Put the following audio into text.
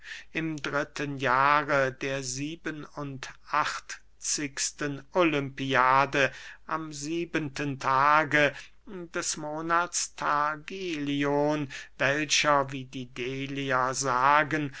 im dritten jahre der sieben und achtzigsten olympiade am siebenten tage des monats thargelion welcher wie die delier sagen